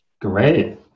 Great